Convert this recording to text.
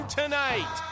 tonight